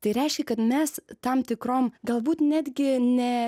tai reiškia kad mes tam tikrom galbūt netgi ne